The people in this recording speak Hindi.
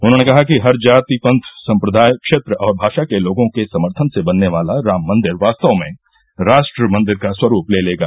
उन्होंने कहा कि हर जाति पथ संप्रदाय क्षेत्र और भाषा के लोगों के समर्थन से बनने वाला राम मंदिर वास्तव में राष्ट्र मंदिर का स्वरूप ले लेगा